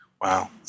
wow